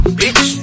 bitch